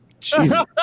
Jesus